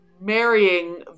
marrying